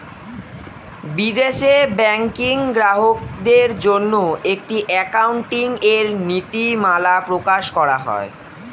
বিদেশে ব্যাংকিং গ্রাহকদের জন্য একটি অ্যাকাউন্টিং এর নীতিমালা প্রকাশ করা হয়